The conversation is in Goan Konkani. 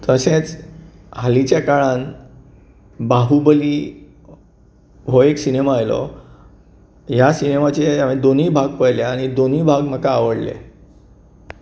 तशेंच हालींच्या काळान बाहुबली हो एक सिनेमा आयलो ह्या सिनेमाचे हांवें दोनूय भाग पळयल्यात दोनूय भाग म्हाका आवडले